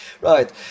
Right